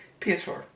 PS4